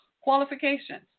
qualifications